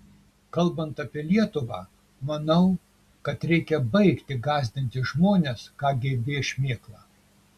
kalbant apie lietuvą manau kad reikia baigti gąsdinti žmones kgb šmėkla